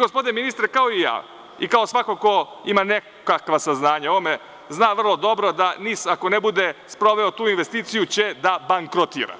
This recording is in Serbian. Gospodin ministar, kao i ja i kao svako ko ima nekakva saznanja o ovome, zna vrlo dobro da NIS, ako ne bude sproveo tu investiciju, će da bankrotira,